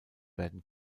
werden